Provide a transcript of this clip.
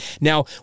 Now